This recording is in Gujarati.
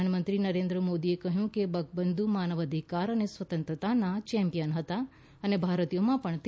પ્રધાનમંત્રી નરેન્દ્ર મોદીએ કહ્યું કે બંગબંધ્ માનવાધિકાર અને સ્વતંત્રતાના ચેમ્પિયન હતા અને ભારતીયોમાં પણ તેઓ હીરો છે